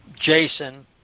Jason